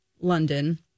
London